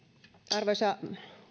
arvoisa